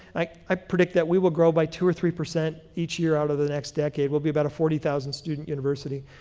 i predict that we will grow by two or three percent each year out of the next decade. we'll be about a forty thousand student university.